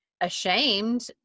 ashamed